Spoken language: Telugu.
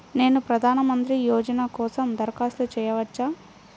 నేను ప్రధాన మంత్రి యోజన కోసం దరఖాస్తు చేయవచ్చా?